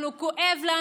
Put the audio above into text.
כואב לנו.